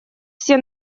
все